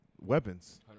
weapons